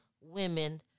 women